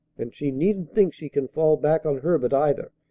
and she needn't think she can fall back on herbert, either,